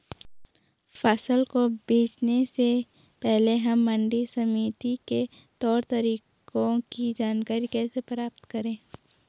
फसल को बेचने से पहले हम मंडी समिति के तौर तरीकों की जानकारी कैसे प्राप्त करें?